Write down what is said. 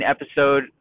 episode